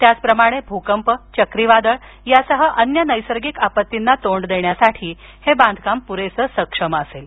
त्याचप्रमाणे भूकंप चक्रीवादळ यांसह अन्य नैसर्गिक आपत्तींना तोंड देण्यासाठी हे बांधकाम पुरेसे सक्षम असेल